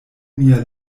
mia